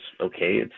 okay